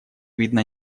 видно